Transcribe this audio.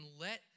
let